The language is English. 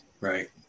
right